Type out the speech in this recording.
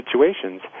situations